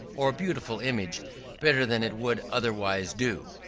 or beautiful image better than it would otherwise do.